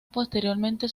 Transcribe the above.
posteriormente